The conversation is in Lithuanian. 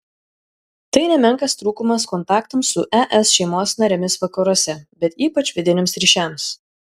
tai nemenkas trūkumas kontaktams su es šeimos narėmis vakaruose bet ypač vidiniams ryšiams